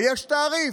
ויש תעריף,